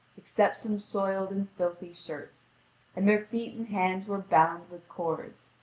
except some soiled and filthy shirts and their feet and hands were bound with cords,